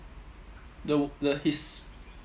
the the his